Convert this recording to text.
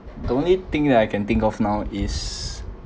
the only thing that I can think of now is